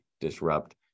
disrupt